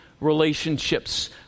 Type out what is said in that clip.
relationships